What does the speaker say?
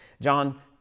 John